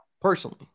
Personally